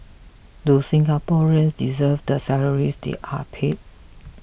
do Singaporeans deserve the salaries they are paid